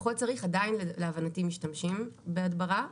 לפחות צריך, עדיין להבנתי משתמשים בהדברה.